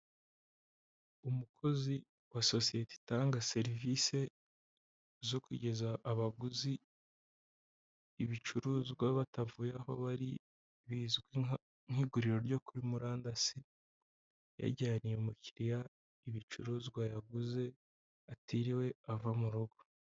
Umukozi wa sosiyete itanga serivisi, zo kugeza abaguzi, ibicuruzwa batavuye aho bari, bizwi nk'iguriro ryo kuri murandasi, yajyaniye umukiriya ibicuruzwa yaguze atiriwe ava mu rugo.